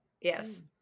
Yes